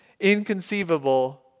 inconceivable